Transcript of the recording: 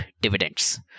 dividends